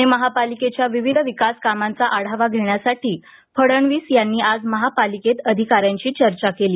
पूणे महापालिकेच्या विविध विकास कामांचा आढावा घेण्यासाठी फडणवीस यांनी आज महापालिकेत अधिकाऱ्यांशी चर्चा केली